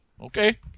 Okay